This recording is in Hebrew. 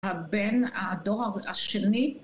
הבן הדור השני